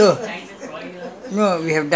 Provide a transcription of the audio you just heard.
then then then you but